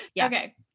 Okay